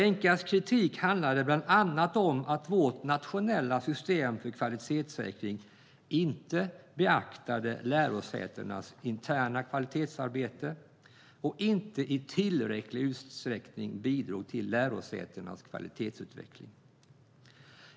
ENQA:s kritik handlade bland annat om att vårt nationella system för kvalitetssäkring inte beaktade lärosätenas interna kvalitetsarbete och inte i tillräcklig utsträckning bidrog till lärosätenas kvalitetsutveckling.